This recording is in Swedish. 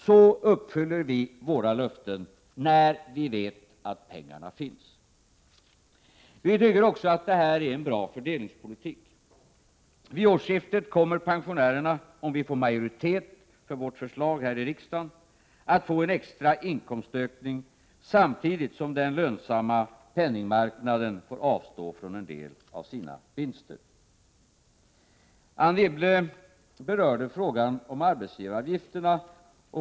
Så uppfyller vi våra löften när vi vet att pengarna finns. Vi tycker att det här är bra fördelningspolitik. Vid årsskiftet kommer pensionärerna, om vi får majoritet för vårt förslag här i riksdagen, att få en extra inkomstökning samtidigt som den lönsamma penningmarknaden får avstå från en del av sina vinster. Anne Wibble berörde frågan om arbetsgivaravgifterna.